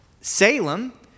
salem